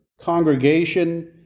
congregation